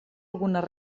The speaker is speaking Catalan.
algunes